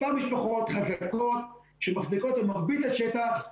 מספר משפחות חזקות שמחזיקות את מרבית השטח.